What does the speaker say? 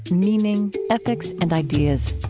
meaning, ethics, and ideas.